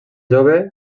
jove